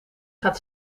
gaat